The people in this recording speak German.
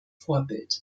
vorbild